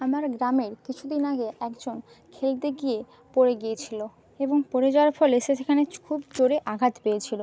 আমার গ্রামে কিছুদিন আগে একজন খেলতে গিয়ে পড়ে গিয়েছিল এবং পড়ে যাওয়ার ফলে সে সেখানে খুব জোরে আঘাত পেয়েছিল